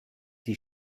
die